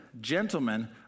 Gentlemen